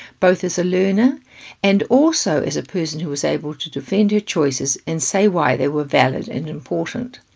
both as a learner and also as a person who was able to defend your choices and say why they were valid and important.